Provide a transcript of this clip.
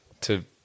to-